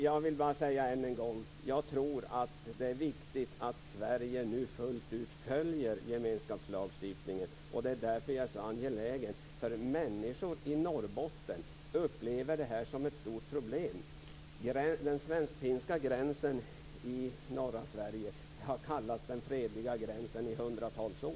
Jag vill bara säga än en gång: Jag tror att det är viktigt att Sverige nu fullt ut följer gemenskapslagstiftningen, och det är därför jag är så angelägen. Människor i Norrbotten upplever det här som ett stort problem. Den svensk-finska gränsen i norra Sverige har kallats för "den fredliga gränsen" i hundratals år.